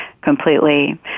completely